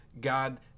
God